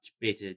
better